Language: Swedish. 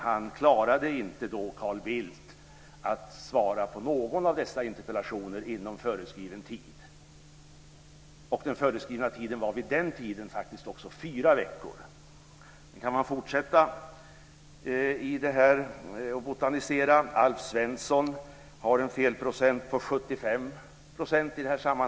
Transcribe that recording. Han klarade inte av att svara på någon av dessa interpellationer inom föreskriven tid. Och den föreskrivna tiden var då faktiskt fyra veckor. Jag ska fortsätta att botanisera i detta. Alf Svenssons felprocent är 75 %.